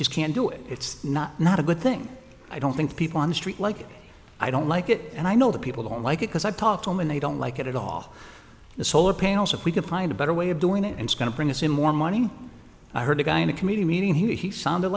just can't do it it's not not a good thing i don't think people on the street like i don't like it and i know the people don't like it because i talk to them and they don't like it at all the solar panels if we could find a better way of doing it and going to bring us in more money i heard a guy in a committee meeting he sounded